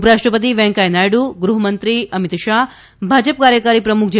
ઉપરાષ્ટ્રપતિ વૈંકેયાહ નાયડુ ગૃહમંત્રી અમીત શાહ ભાજપ કાર્યકારી પ્રમૃખ જે